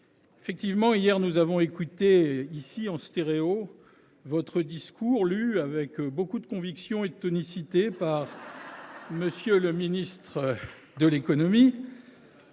ministre, hier, nous avons écouté en stéréo votre discours, lu avec beaucoup de conviction et de tonicité par M. le ministre de l’économie.